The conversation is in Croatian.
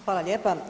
Hvala lijepa.